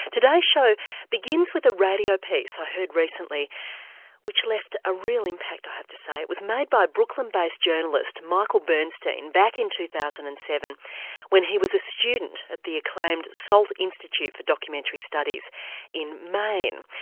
today's show begins with a radio piece i heard recently which left a real impact i have to say. it was made by brooklyn based journalist michael bernstein back in two thousand and seven when he was a student at the acclaimed salt institute for documentary studies in maine.